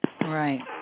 Right